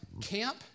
Camp